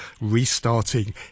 restarting